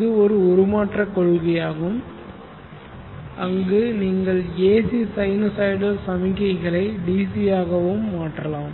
இது ஒரு உருமாற்றக் கொள்கையாகும் அங்கு நீங்கள் AC சைனூசாய்டல் சமிக்ஞைகளை DC ஆகவும் மாற்றலாம்